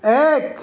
এক